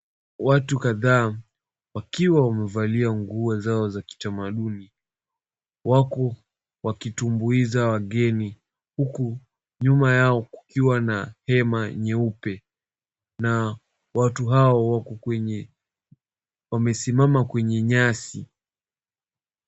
Watu kadhaa wakiwa wamevalia nguo zao za kitamaduni wako wakitumbuiza wageni. Huku nyuma yao kukiwa na hema nyeupe na watu hao wako kwenye wamesimama kwenye nyasi.